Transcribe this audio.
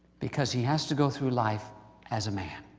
because he has to go through life as a man.